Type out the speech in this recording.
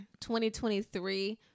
2023